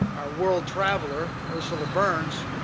our world traveler, ursula burns,